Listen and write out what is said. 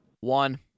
One